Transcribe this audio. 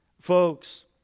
Folks